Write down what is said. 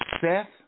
Seth